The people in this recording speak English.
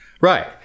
Right